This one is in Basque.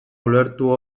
ulertu